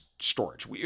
storage